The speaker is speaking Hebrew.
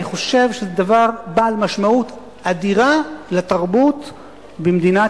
אני חושב שזה דבר בעל משמעות אדירה לתרבות במדינת